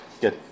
good